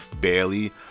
Bailey